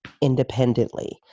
independently